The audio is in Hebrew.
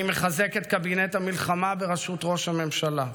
אני מחזק את קבינט המלחמה בראשות ראש הממשלה.